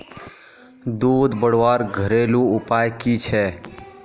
दूध बढ़वार घरेलू उपाय की छे?